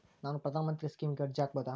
ನಾನು ಪ್ರಧಾನ ಮಂತ್ರಿ ಸ್ಕೇಮಿಗೆ ಅರ್ಜಿ ಹಾಕಬಹುದಾ?